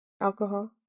alcohol